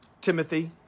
Timothy